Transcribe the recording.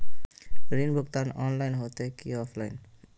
ऋण भुगतान ऑनलाइन होते की ऑफलाइन?